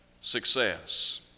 success